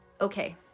okay